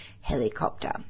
helicopter